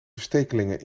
verstekelingen